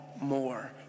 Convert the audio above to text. more